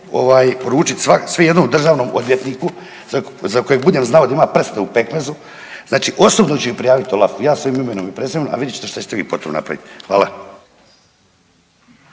poručit sve jednom državnom odvjetniku za kojeg budem znao da ima prste u pekmezu, znači osobno ću ih prijaviti OLAF-u, ja svojim imenom i prezimenom, a vidit ćete što ćete vi po tom napraviti. Hvala.